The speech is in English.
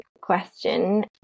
question